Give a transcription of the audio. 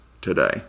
today